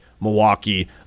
Milwaukee